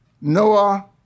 Noah